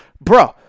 bro